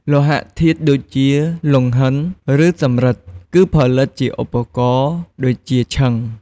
លោហៈធាតុដូចជា លង្ហិន ឬសំរឹទ្ធគឺផលិតជាឧបករណ៍ដូចជា ឈិង។